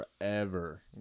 forever